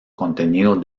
contenido